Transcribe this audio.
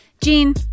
gene